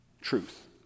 Truth